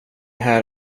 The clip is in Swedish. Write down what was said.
här